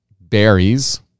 berries